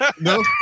No